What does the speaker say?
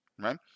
right